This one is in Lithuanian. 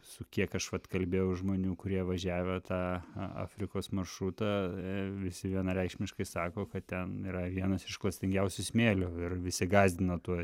su kiek aš vat kalbėjau žmonių kurie važiavę tą afrikos maršrutą visi vienareikšmiškai sako kad ten yra vienas iš klastingiausiu smėliu ir visi gąsdina tuo